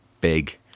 big